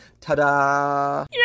ta-da